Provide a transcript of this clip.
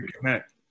connect